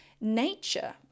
nature